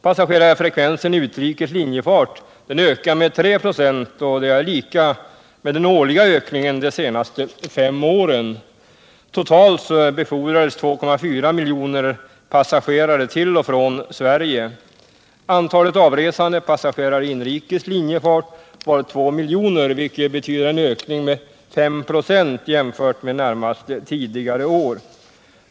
Passagerarfrekvensen i utrikes linjefart ökade med 3 96, och det är lika med den årliga ökningen de senaste fem åren. Totalt befordrades 2,4 miljoner passagerare till och från Sverige. Antalet avresande passagerare i inrikes linjefart var 2 miljoner, vilket betyder en ökning med 5 96 jämfört med närmast föregående år.